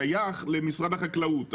שייך למשרד החקלאות.